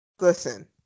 listen